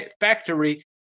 factory